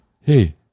Hey